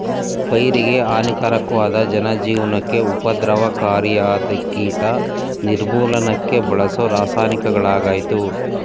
ಪೈರಿಗೆಹಾನಿಕಾರಕ್ವಾದ ಜನಜೀವ್ನಕ್ಕೆ ಉಪದ್ರವಕಾರಿಯಾದ್ಕೀಟ ನಿರ್ಮೂಲನಕ್ಕೆ ಬಳಸೋರಾಸಾಯನಿಕಗಳಾಗಯ್ತೆ